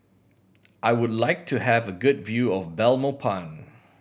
I would like to have a good view of Belmopan